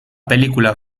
película